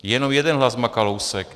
Jenom jeden hlas má Kalousek.